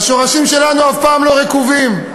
השורשים שלנו אף פעם לא רקובים.